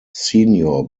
senior